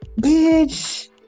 bitch